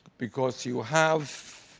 because you have